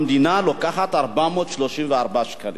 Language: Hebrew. המדינה לוקחת 434 שקלים.